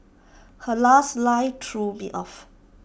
her last line threw me off